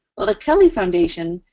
well, the kelly foundation,